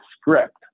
script